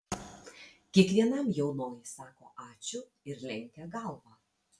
kiekvienam jaunoji sako ačiū ir lenkia galvą